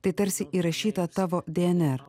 tai tarsi įrašyta tavo dnr